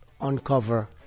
uncover